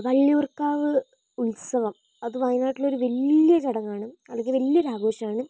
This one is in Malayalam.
വള്ളിയൂർക്കാവ് ഉത്സവം അത് വായനാട്ടിലൊരു വല്യ ചടങ്ങാണ് അല്ലെങ്കിൽ വലിയൊരു ആഘോഷമാണ്